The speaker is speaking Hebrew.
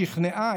שכנעה,